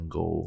go